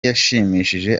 yashimishije